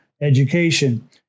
education